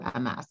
MS